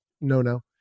no-no